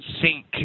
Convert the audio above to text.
sink